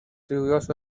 lluvioso